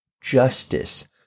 justice